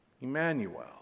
Emmanuel